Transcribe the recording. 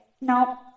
No